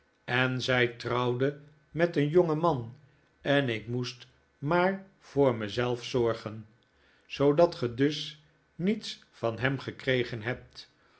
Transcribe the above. en zij trouwde met een jongen man en ik moest maar voor mij zelf zorgen zoodat ge dus niets van hem gekregen hebt